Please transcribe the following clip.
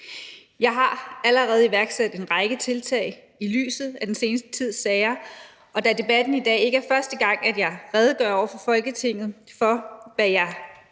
Jeg har allerede iværksat en række tiltag i lyset af den seneste tids sager, og da debatten i dag ikke er første gang, at jeg redegør over for Folketinget for, hvad jeg